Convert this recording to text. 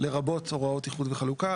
לרבות הוראות איחוד וחלוקה.